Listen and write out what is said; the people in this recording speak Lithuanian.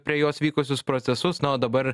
prie jos vykusius procesus na o dabar